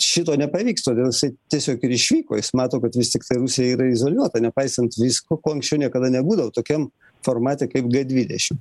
šito nepavyks todėl jisai tiesiog ir išvyko jis mato kad vis tiktai rusija yra izoliuota nepaisant visko ko anksčiau niekada nebūdavo tokiam formate kaip g dvidešim